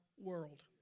world